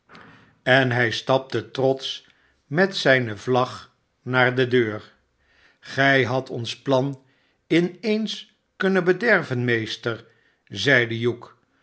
en hij stapte trotsch met zijne vlag naar de deur gy hadt ons plan in eens kunnen bederven meester zeide hugh